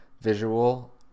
visual